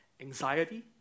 Anxiety